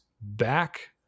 back